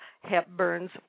Hepburn's